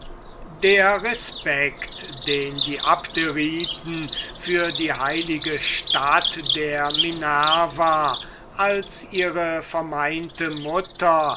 der respect den die abderiten für die heilige stadt der minerva als ihre vermeinte mutter